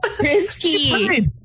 risky